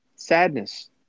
sadness